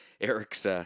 Eric's